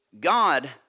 God